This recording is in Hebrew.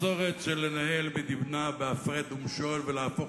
מסורת של לנהל מדינה בהפרד ומשול ולהפוך